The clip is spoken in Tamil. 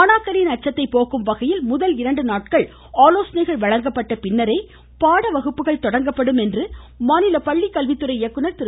மாணாக்கரின் அச்சத்தை போக்கும் வகையில் முதல் இரண்டு நாட்கள் ஆலோசனைகள் வழங்கப்பட்ட பின்னரே பாட வகுப்புகள் தொடங்கும் என்று மாநில பள்ளிகல்வித்துறை இயக்குனர் திரு